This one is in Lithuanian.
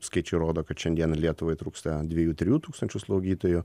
skaičiai rodo kad šiandieną lietuvai trūksta dviejų trijų tūkstančių slaugytojų